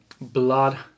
blood